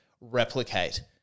replicate